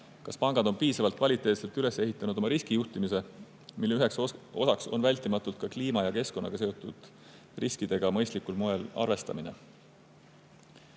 kas pangad on piisavalt kvaliteetselt üles ehitanud oma riskijuhtimise, mille üks osa on vältimatult ka kliima ja keskkonnaga seotud riskidega mõistlikul moel arvestamine.